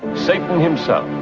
satan himself,